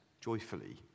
joyfully